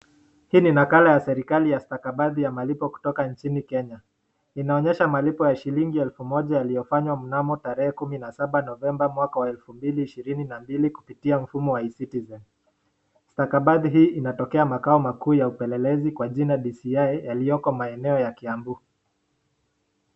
Hii ni nakala ya serikali ya stakabadhi ya malipo kutoka nchini Kenya, inaonyesha malipo ya shilingi elfu moja yaliyofanywa mnamo tarehe kumi na saba, novemba mwa wa elfu mbili ishirini na mbili kupitia mfumo wa e-citizen. Stakabadhi hii inatokea makao makuu ya upelelezi kwa jina DCI yaliyoko maeneo ya Kiambu